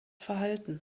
verhalten